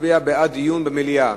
מצביע בעד דיון במליאה.